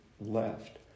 left